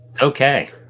Okay